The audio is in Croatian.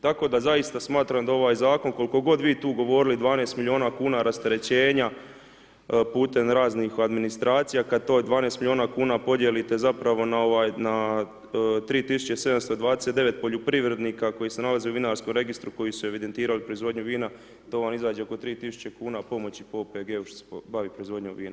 Tako da zaista smatram da ovaj zakon, koliko god vi tu govorili 12 milijuna kuna rasterećenja putem raznih administracija, kad to 12 milijuna kuna podijelite zapravo na 3729 poljoprivrednika koji se nalaze u vinarskom registru koji su evidentirali proizvodnju vina, to vam izađe oko 3000 kuna pomoći po OPG-u koji se bavi proizvodnjom vinom.